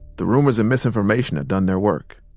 the rumors and misinformation had done their work.